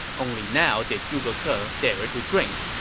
only now did zhuge ke ah dare to drink.